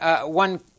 one